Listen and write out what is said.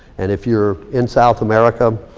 and if you're in south america,